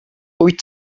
wyt